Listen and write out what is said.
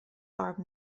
are